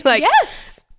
yes